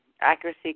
accuracy